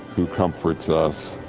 who comforts us.